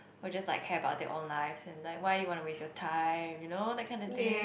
will just like care about their own lives and like why you wanna waste your time you know that kinda thing